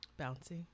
Bouncy